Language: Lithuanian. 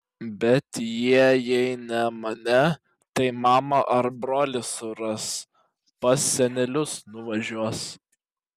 bet jie jei ne mane tai mamą ar brolį suras pas senelius nuvažiuos